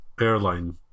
airline